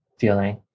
Feeling